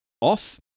off